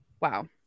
Wow